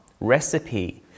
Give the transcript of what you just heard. recipe